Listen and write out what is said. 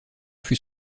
fut